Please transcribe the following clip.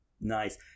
Nice